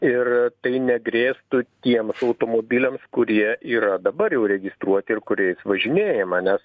ir tai negrėstų tiems automobiliams kurie yra dabar jau registruoti ir kuriais važinėjama nes